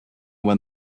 when